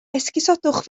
esgusodwch